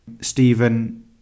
Stephen